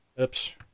oops